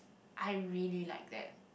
I really like that